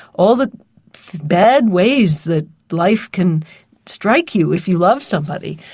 all the bad ways that life can strike you if you love somebody,